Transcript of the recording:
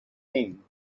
him